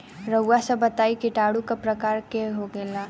रउआ सभ बताई किटाणु क प्रकार के होखेला?